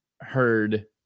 heard